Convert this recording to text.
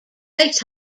base